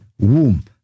womb